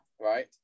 right